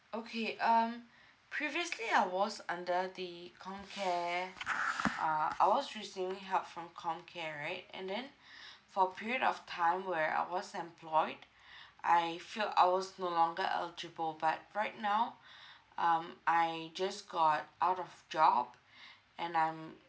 okay um previously I was under the comcare uh I was receiving help from comcare right and then for a period of time where I was employed I felt I was no longer eligible but right now um I just got out of job and I'm